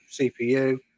CPU